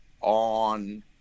on